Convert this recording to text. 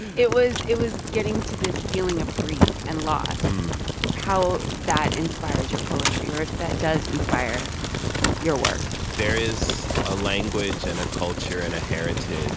was it was getting to this feeling of grief and loss how that inspires your poetry or if that does inspire your work there is a language and a culture and a heritage